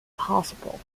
possible